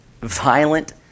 violent